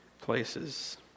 places